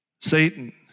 Satan